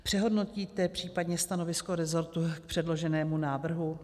Přehodnotíte případně stanovisko resortu k předloženému návrhu?